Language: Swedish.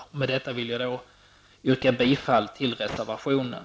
Med detta vill jag yrka bifall till reservationen.